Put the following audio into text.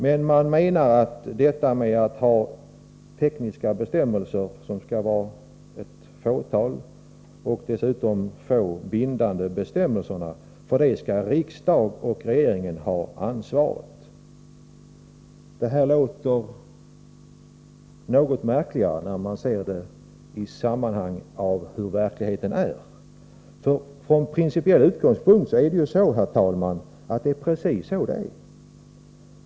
Men vad man menar med att det skall vara ett fåtal tekniska krav och bindande bestämmelser är att riksdagen och regeringen skall ha ansvaret. Än mera märkligt framstår detta när man ser till hur det i verkligheten förhåller sig. Från principiell utgångspunkt är det nämligen precis så.